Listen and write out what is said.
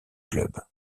club